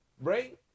Right